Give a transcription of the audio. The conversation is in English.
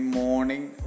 morning